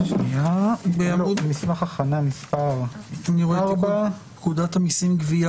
מספר 4. מספר 5,